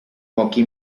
pochi